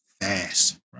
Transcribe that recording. fast